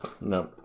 No